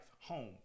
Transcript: home